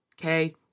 okay